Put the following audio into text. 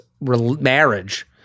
marriage